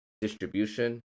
distribution